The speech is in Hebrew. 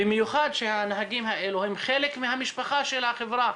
במיוחד שהנהגים האלה הם חלק מהמשפחה של החברה.